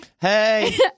Hey